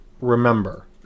remember